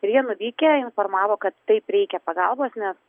ir jie nuvykę informavo kad taip reikia pagalbos nes